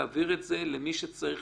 תעביר את זה למי שצריך,